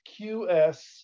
QS